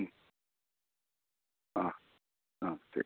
മ് ആ ആ ശരി